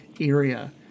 area